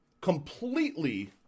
completely